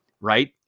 right